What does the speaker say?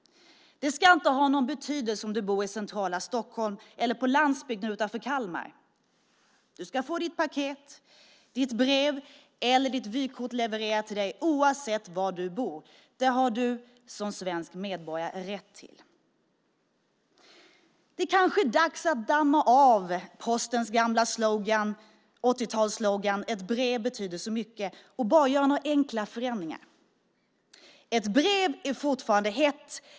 Det ska inte ha någon betydelse om du bor i centrala Stockholm eller på landsbygden utanför Kalmar. Du ska få ditt paket, ditt brev eller ditt vykort levererat till dig oavsett var du bor. Det har du som svensk medborgare rätt till. Det kanske är dags att damma av Postens gamla 80-talsslogan Ett brev betyder så mycket och bara göra några enkla förändringar: Ett brev är fortfarande hett.